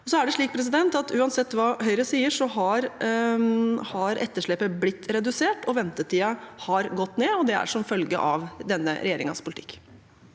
med psykiske helseplager Uansett hva Høyre sier, har etterslepet blitt redusert, og ventetiden har gått ned, og det er som følge av denne regjeringens politikk.